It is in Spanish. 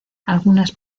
algunas